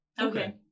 okay